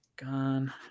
Gone